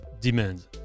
demand